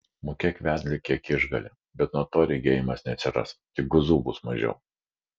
mokėk vedliui kiek išgali bet nuo to regėjimas neatsiras tik guzų bus mažiau